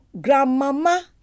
grandmama